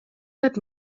that